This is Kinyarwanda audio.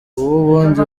ubundi